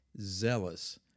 Zealous